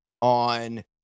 on